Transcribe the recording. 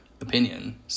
opinion